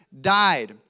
died